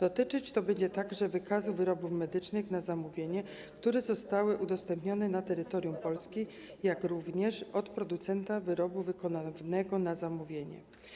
Dotyczyć to będzie także wykazu wyrobów medycznych na zamówienie, które zostały udostępnione na terytorium Polski, jak również producenta wyrobu wykonanego na zamówienie.